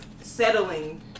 settling